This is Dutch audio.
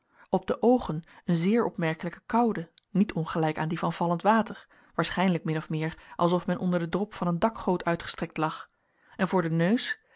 op de oogen een zeer opmerkelijke koude niet ongelijk aan die van vallend water waarschijnlijk min of meer alsf men onder den drop van een dakgoot uitgestrekt lag en voor den neus